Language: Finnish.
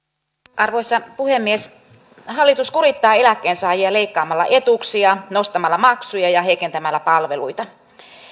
arvoisa puhemies hallitus kurittaa eläkkeensaajia leikkaamalla etuuksia nostamalla maksuja ja heikentämällä palveluita